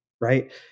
Right